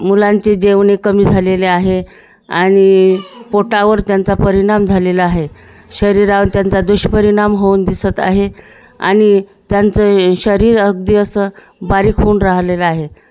मुलांचे जेवणे कमी झालेले आहे आणि पोटावर त्यांचा परिणाम झालेला आहे शरीरावर त्यांचा दुष्परिणाम होऊन दिसत आहे आणि त्यांचं शरीर अगदी असं बारीक होऊन राहिलेलं आहे